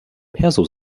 perso